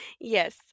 Yes